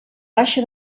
baixa